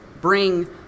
bring